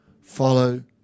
follow